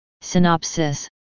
Synopsis